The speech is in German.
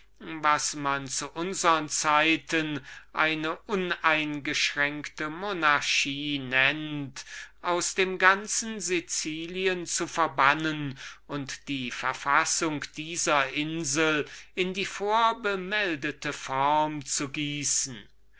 was man zu unsern zeiten eine uneingeschränkte monarchie nennt aus dem ganzen sicilien zu verbannen und die verfassung dieser insel in die vorbemeldte form zu gießen